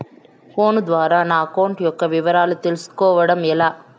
Phone ద్వారా నా account యొక్క వివరాలు తెలుస్కోవడం ఎలా?